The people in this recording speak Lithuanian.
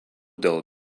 dėl